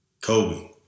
Kobe